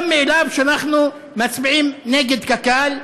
שאנחנו מצביעים נגד קק"ל.